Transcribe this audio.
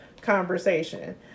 conversation